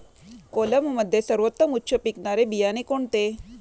कोलममध्ये सर्वोत्तम उच्च पिकणारे बियाणे कोणते?